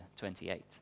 28